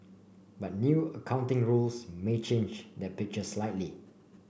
but new accounting rules may change that picture slightly